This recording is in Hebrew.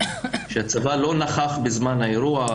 שהצבא לא נכח בזמן האירוע,